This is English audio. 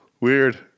Weird